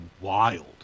wild